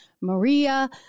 Maria